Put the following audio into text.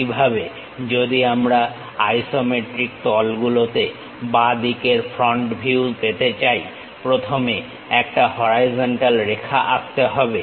একইভাবে যদি আমরা আইসোমেট্রিক তলগুলোতে বাঁ দিকের ফ্রন্ট ভিউ পেতে চাই প্রথমে একটা হরাইজন্টাল রেখা আঁকতে হবে